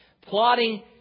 plotting